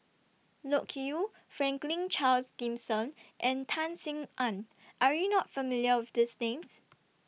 Loke Yew Franklin Charles Gimson and Tan Sin Aun Are YOU not familiar with These Names